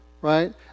Right